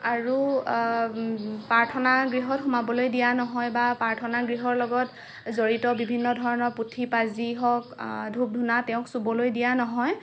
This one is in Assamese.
আৰু প্ৰাৰ্থনা গৃহত সোমাবলৈ দিয়া নহয় বা প্ৰাৰ্থনা গৃহৰ লগত জড়িত বিভিন্ন ধৰণৰ পুথি পাঁজি হওক ধূপ ধূনা তেওঁক চুবলৈ দিয়া নহয়